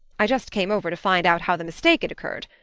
i just came over to find out how the mistake had occurred.